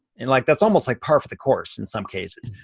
and like that's almost like par for the course, in some cases.